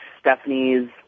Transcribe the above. Stephanie's